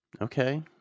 Okay